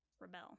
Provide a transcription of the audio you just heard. rebel